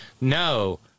No